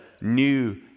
new